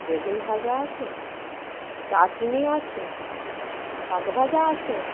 বেগুন ভাজা আছে চাটনি আছে শাক ভাজা আছে